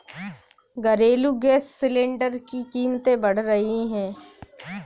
घरेलू gas cylinder की कीमतें बढ़ रही है